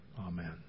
Amen